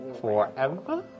Forever